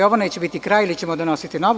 Ovo neće biti kraj jer ćemo donositi nov.